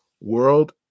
world